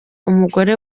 umugore